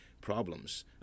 problems